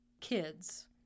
kids